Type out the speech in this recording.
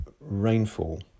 rainfall